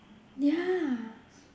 ya